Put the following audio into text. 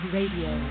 Radio